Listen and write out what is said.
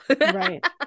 Right